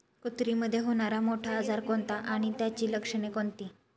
कुत्रीमध्ये होणारा मोठा आजार कोणता आणि त्याची लक्षणे कोणती?